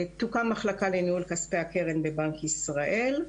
תוקם מחלקה לניהול כספי הקרן בבנק ישראל.